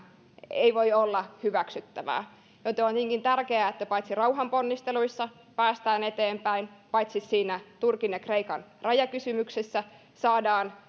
ei voi olla hyväksyttävää joten on tietenkin tärkeää että paitsi rauhanponnisteluissa päästään eteenpäin saadaan siinä turkin ja kreikan rajakysymyksessä